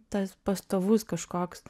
tas pastovus kažkoks